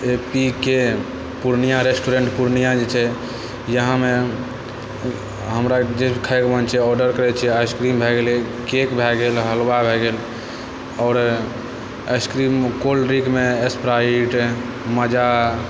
APK Purnia restaurant Purnia जे छै यहाँमे हमरा जे खाइके मोन छै ऑडर करै छिए आइसक्रीम भऽ गेलै केक भऽ गेल हलुवा भऽ गेल आओर आइसक्रीम कोल्ड ड्रिन्कमे स्प्राइट माजा